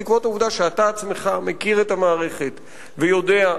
בעקבות העובדה שאתה עצמך מכיר את המערכת ויודע,